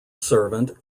servant